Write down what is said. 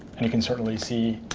and you can certainly see